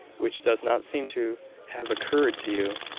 which does not seem to have occurred to you.